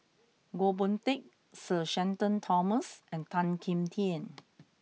Goh Boon Teck Sir Shenton Thomas and Tan Kim Tian